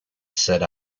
said